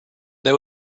that